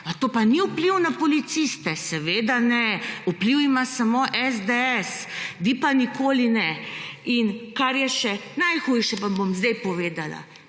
to ni vpliv na policiste? Seveda ne. vpliv ima samo SDS. Vi pa nikoli ne. Kar je še najhujše vam bom sedaj povedala.